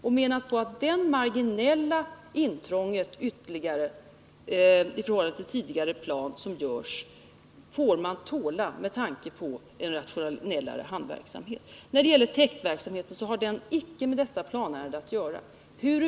Vi menar att det ytterligare marginella intrång som görs i förhållande till den tidigare planen får tålas med tanke på att det blir en rationellare hamnverksamhet. Täktverksamheten har inte med detta planärende att göra.